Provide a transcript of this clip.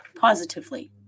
Positively